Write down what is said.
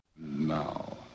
Now